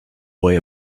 boy